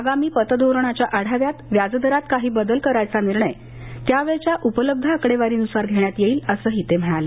आगामी पतधोरणाच्या आढाव्यात व्याजदरात काही बदल करायचा निर्णय त्या वेळच्या उपलब्ध आकडेवारीनुसार घेण्यात येईल असंही ते म्हणाले